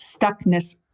stuckness